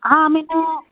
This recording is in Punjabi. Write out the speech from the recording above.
ਹਾਂ ਮੈਨੂੰ